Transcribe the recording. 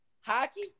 Hockey